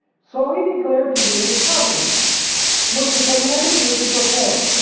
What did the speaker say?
so he declared to you his covenant which he commanded you to perform,